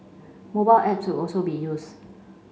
mobile apps will also be used